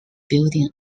building